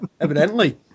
evidently